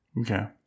Okay